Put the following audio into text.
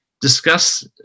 discuss